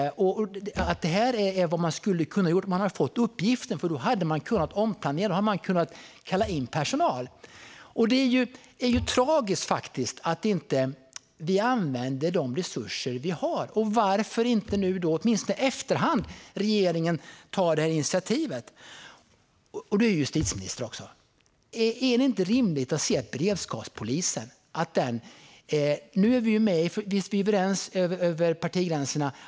Det är vad man hade kunnat göra om man hade fått uppgiften. Då hade man nämligen kunnat planera om och kalla in personal. Det är tragiskt att vi inte använder de resurser vi har. Varför tar inte regeringen det initiativet, åtminstone nu i efterhand? Du är justitieminister också, Morgan Johansson. Nu är vi överens över partigränserna om att beredskapspolisen ska införas.